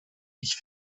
ich